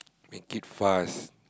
make it fast